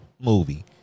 movie